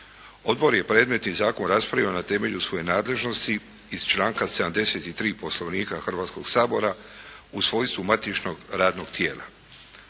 Odbor je predmetni zakon raspravio na temelju svoje nadležnosti iz članka 73. Poslovnika Hrvatskoga sabora u svojstvu matičnog radnog tijela.